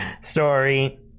story